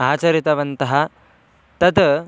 आचरितवन्तः तत्